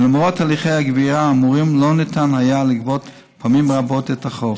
ולמרות הליכי הגבייה האמורים לא ניתן היה לגבות פעמים רבות את החוב.